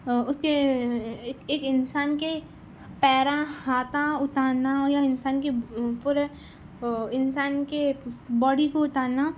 اس کے ایک انسان کے پیر ہاتھ اتارنا یا انسان کے پورے انسان کے باڈی کو اتارنا